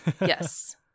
Yes